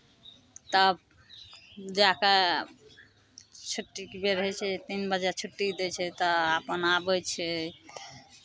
तब जा कऽ छुट्टीके बेर होइ छै तीन बजे छुट्टी दै छै तऽ अपन आबै छै